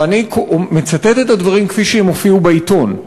ואני מצטט את הדברים כפי שהם הופיעו בעיתון.